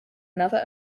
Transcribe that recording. another